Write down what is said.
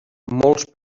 molts